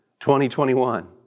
2021